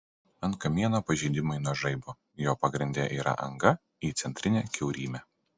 ant kamieno pažeidimai nuo žaibo jo pagrinde yra anga į centrinę kiaurymę